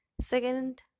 Second